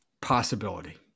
possibility